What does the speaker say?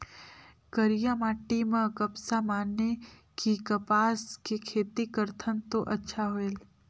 करिया माटी म कपसा माने कि कपास के खेती करथन तो अच्छा होयल?